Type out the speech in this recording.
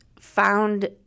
found